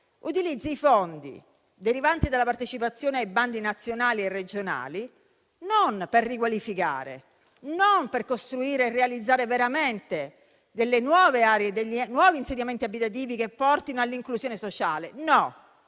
utilizzi i fondi derivanti dalla partecipazione ai bandi nazionali e regionali non per riqualificare, non per costruire e realizzare veramente delle nuove aree e dei nuovi insediamenti abitativi che portino all'inclusione sociale, ma